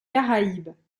caraïbes